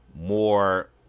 more